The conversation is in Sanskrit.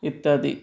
इत्यादि